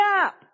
up